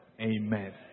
Amen